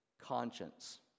conscience